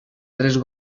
tres